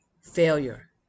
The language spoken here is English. Failure